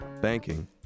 Banking